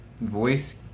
voice